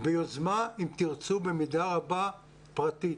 ביוזמה, אם תרצו, במידה רבה, פרטית,